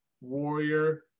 Warrior